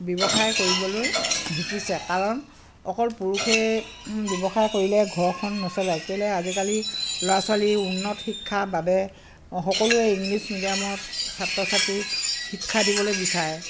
ব্যৱসায় কৰিবলৈ শিকিছে কাৰণ অকল পুৰুষে ব্যৱসায় কৰিলে ঘৰখন নচলে কেলেই আজিকালি ল'ৰা ছোৱালী উন্নত শিক্ষাৰ বাবে সকলোৱে ইংলিছ মিডিয়ামত ছাত্ৰ ছাত্ৰী শিক্ষা দিবলৈ বিচাৰে